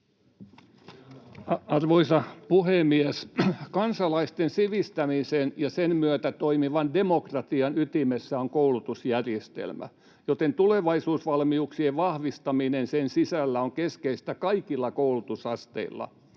Arvoisa puhemies! ”Kansalaisten sivistämisen ja sen myötä toimivan demokratian ytimessä on koulutusjärjestelmä, joten tulevaisuusvalmiuksien vahvistaminen sen sisällä on keskeistä kaikilla koulutusasteilla.